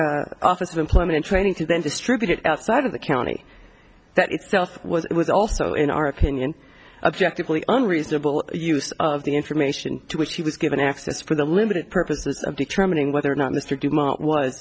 the office of employment training to then distribute it outside of the county that itself was it was also in our opinion objectively unreasonable use of the information to which he was given access for the limited purposes of determining whether or not mr dumont